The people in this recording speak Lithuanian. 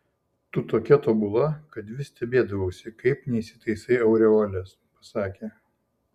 tu tokia tobula kad vis stebėdavausi kaip neįsitaisai aureolės pasakė